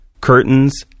Curtains